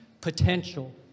Potential